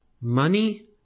Money